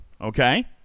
Okay